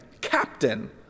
captain